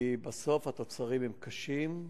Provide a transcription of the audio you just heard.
כי בסוף התוצרים הם קשים,